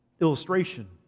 illustration